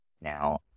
now